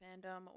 fandom